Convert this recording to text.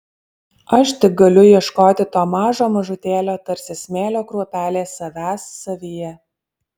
aš tik galiu ieškoti to mažo mažutėlio tarsi smėlio kruopelė savęs savyje